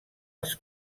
els